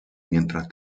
mientras